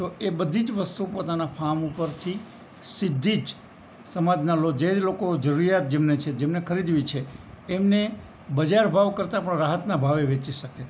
તો એ બધી જ વસ્તુ પોતાનાં ફામ ઉપરથી સીધી જ સમાજનાં જે લોકો જરૂરિયાત જેમને છે જેમને ખરીદવી છે એમને બજાર ભાવ કરતાં પણ રાહતનાં ભાવે વેચી શકે